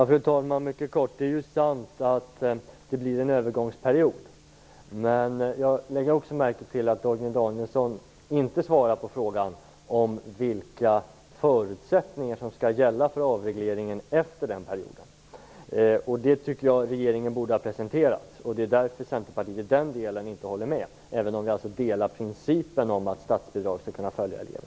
Fru talman! Mycket kort: Det är sant att det blir en övergångsperiod. Men Torgny Danielsson svarade inte på frågan om vilka förutsättningar som skall gälla för avregleringen efter den perioden. Jag tycker att regeringen borde ha presenterat detta. Det är därför som Centerpartiet inte håller med i den delen, även om vi instämmer i principen om att statsbidraget skall kunna följa eleven.